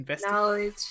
knowledge